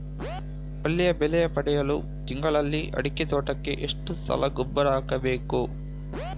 ಒಳ್ಳೆಯ ಬೆಲೆ ಪಡೆಯಲು ತಿಂಗಳಲ್ಲಿ ಅಡಿಕೆ ತೋಟಕ್ಕೆ ಎಷ್ಟು ಸಲ ಗೊಬ್ಬರ ಹಾಕಬೇಕು?